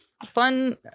Fun